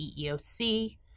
EEOC